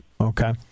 okay